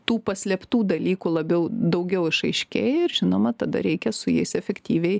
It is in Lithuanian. tų paslėptų dalykų labiau daugiau išaiškėja ir žinoma tada reikia su jais efektyviai